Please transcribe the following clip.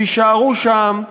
תישארו שם,